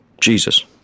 Jesus